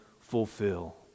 fulfill